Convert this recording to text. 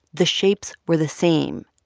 the shapes were the same,